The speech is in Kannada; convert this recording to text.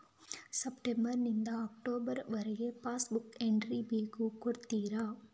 ಸೆಪ್ಟೆಂಬರ್ ನಿಂದ ಅಕ್ಟೋಬರ್ ವರಗೆ ಪಾಸ್ ಬುಕ್ ಎಂಟ್ರಿ ಬೇಕು ಕೊಡುತ್ತೀರಾ?